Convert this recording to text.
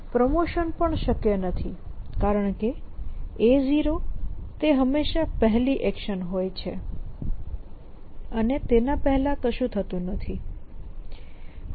promotion પણ શક્ય નથી કારણ કે A0 એ હંમેશા પહેલી એક્શન હોય છે અને પહેલાં કશું થતું નથી